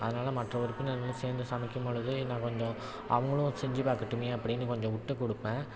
அதனால் மற்றவருக்கும் நான் நின்று சேர்ந்து சமைக்கும் பொழுது நான் கொஞ்சம் அவங்களும் செஞ்சு பார்க்கட்டுமே அப்படின்னு கொஞ்சம் விட்டுக் கொடுப்பேன்